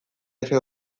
efe